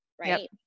right